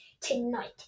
tonight